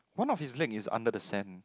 one of his leg is under the sand